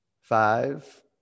Five